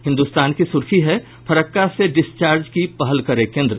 हिन्दुस्तान की सुर्खी है फरक्का से डिस्चार्ज की पहल करे केंद्र